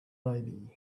baby